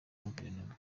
guverinoma